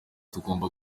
tugomba